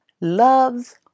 loves